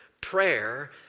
prayer